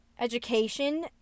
education